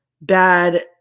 bad